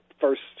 first